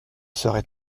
serait